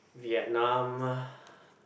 Vietnam